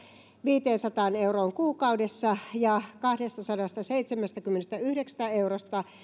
viiteensataan euroon kuukaudessa ja kahdestasadastaseitsemästäkymmenestäyhdeksästä eurosta